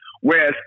Whereas